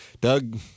Doug